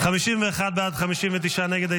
51 בעד, 59 נגד.